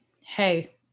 Hey